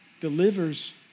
delivers